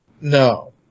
No